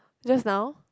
just now